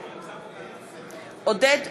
נגד עודד פורר,